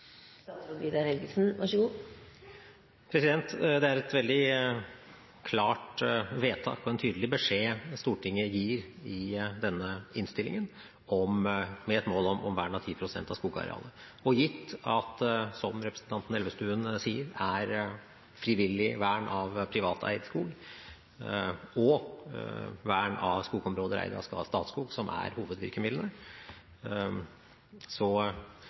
Det er et veldig klart vedtak og en tydelig beskjed Stortinget gir i denne innstillingen, med et mål om vern av 10 pst. av skogarealet. Gitt at det er, som representanten Elvestuen sier, frivillig vern av privat eid skog og vern av skogområder eid av Statskog som er hovedvirkemidlene,